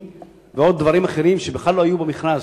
ועוד דברים אחרים שבכלל לא היו במכרז.